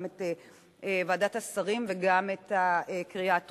את ועדת השרים וגם את הקריאה הטרומית,